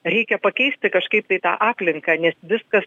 reikia pakeisti kažkaip tą aplinką nes viskas